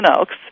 Oaks